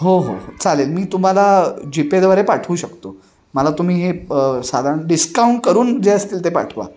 हो हो हो चालेल मी तुम्हाला जी पेद्वारे पाठवू शकतो मला तुम्ही हे साधारण डिस्काउंट करून जे असतील ते पाठवा